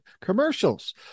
commercials